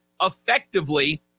effectively